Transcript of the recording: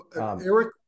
Eric